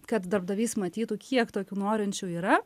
kad darbdavys matytų kiek tokių norinčių yra